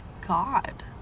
God